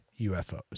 UFOs